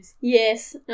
Yes